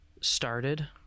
started